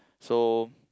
so